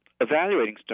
evaluating